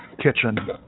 kitchen